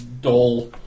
dull